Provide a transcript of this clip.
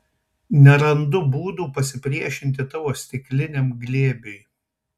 nerandu būdų pasipriešinti tavo stikliniam glėbiui